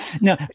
No